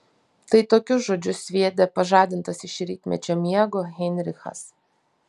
tai tokius žodžius sviedė pažadintas iš rytmečio miego heinrichas